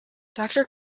doctor